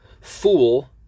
fool